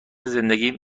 زندگیم